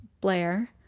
Blair